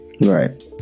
Right